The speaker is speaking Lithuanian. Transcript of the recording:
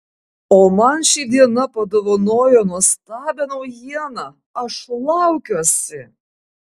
o man ši diena padovanojo nuostabią naujieną aš laukiuosi